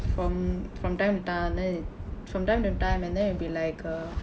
from from time to time from time to time and then it'll be like a